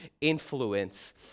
influence